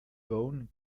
bone